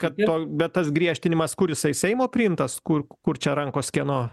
kad ton bet tas griežtinimas kur jisai seimo priimtas kur kur čia rankos kieno